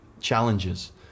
challenges